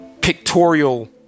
Pictorial